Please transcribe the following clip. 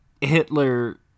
Hitler